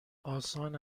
آسان